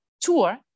tour